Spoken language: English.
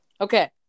Okay